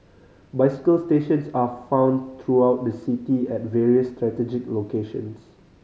bicycle stations are found throughout the city at various strategic locations